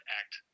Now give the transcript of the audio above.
act